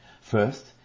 First